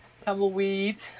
tumbleweed